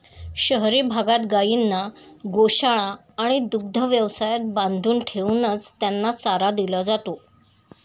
शहरी भागात गायींना गोशाळा आणि दुग्ध व्यवसायात बांधून ठेवूनच त्यांना चारा दिला जातो